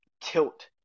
tilt